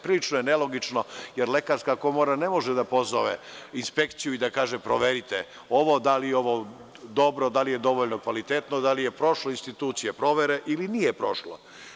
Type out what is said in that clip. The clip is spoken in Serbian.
Prilično je nelogično, jer Lekarska komora ne može da pozove inspekciju i da kaže – proverite ovo, da li je ovo dobro, da li je dovoljno kvalitetno, da li je prošlo institucije provere ili nije prošlo?